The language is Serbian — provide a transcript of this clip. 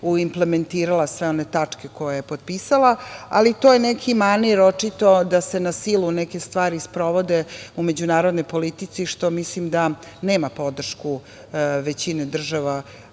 uimplementirala sve one tačke koje je potpisala, ali to je neki manir očito da se na silu neke stvari sprovode u međunarodnoj politici, što mislim da nema podršku većine država